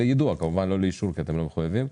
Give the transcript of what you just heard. ליידוע, כמובן, ולא לאישור כי אתם לא מחויבים.